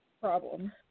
problem